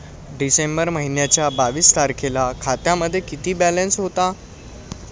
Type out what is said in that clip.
डिसेंबर महिन्याच्या बावीस तारखेला खात्यामध्ये किती बॅलन्स होता?